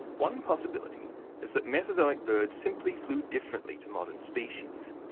one possibility is that mesozoic birds simply flew differently to modern species.